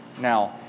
now